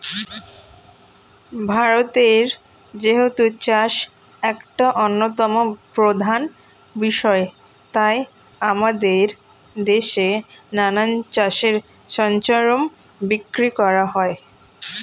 ভারতে যেহেতু চাষ একটা অন্যতম প্রধান বিষয় তাই আমাদের দেশে নানা চাষের সরঞ্জাম বিক্রি হয়